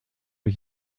ich